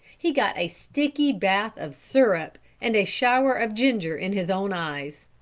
he got a sticky bath of syrup and a shower of ginger in his own eyes.